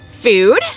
food